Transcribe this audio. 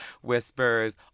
whispers